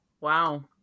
Wow